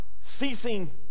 ceasing